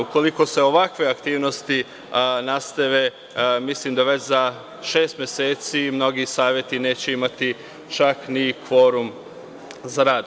Ukoliko se ovakve aktivnosti nastave, mislim da već za šest meseci mnogi saveti neće imati čak ni kvorum za rad.